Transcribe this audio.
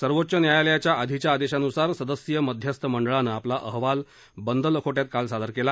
सर्वोच्च न्यायालयाच्या आधीच्या आदेशानुसार सदस्यीय मध्यस्थ मंडळानं आपला अहवाल बंद लखोटयात काल सादर केला